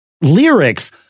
lyrics